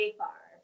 far